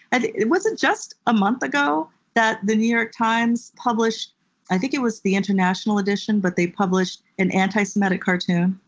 and it wasn't it just a month ago that the new york times published i think it was the international edition but they published an anti-semitic cartoon.